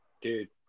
Dude